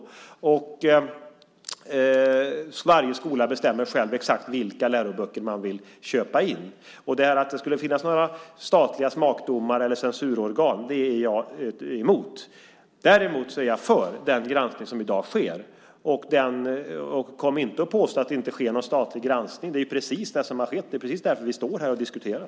Varje skola bestämmer själv exakt vilka läroböcker man vill köpa in. Att det ska finnas några statliga smakdomare eller censurorgan är jag emot. Däremot är jag för den granskning som i dag sker. Kom inte och påstå att det inte sker någon statlig granskning. Det är precis det som har skett. Det är därför vi står här och diskuterar.